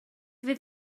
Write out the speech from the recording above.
fydd